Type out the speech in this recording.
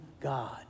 God